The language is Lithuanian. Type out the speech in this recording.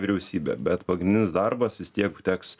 vyriausybę bet pagrindinis darbas vis tiek teks